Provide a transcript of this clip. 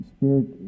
Spirit